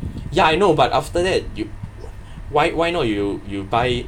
ya I know but after that you why why not you you buy